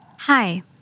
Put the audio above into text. Hi